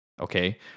okay